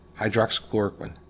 hydroxychloroquine